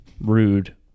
rude